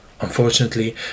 Unfortunately